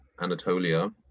Anatolia